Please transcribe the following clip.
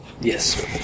Yes